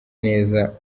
neza